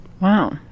Wow